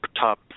top